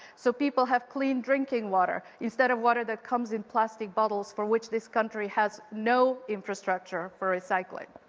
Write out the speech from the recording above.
so people have clean drinking water, instead of water that comes in plastic bottles for which this country has no infrastructure for recycling.